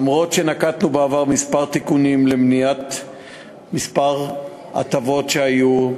אומנם נקטנו בעבר כמה תיקונים למניעת הטבות שהיו,